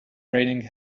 raining